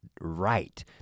right